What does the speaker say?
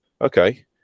okay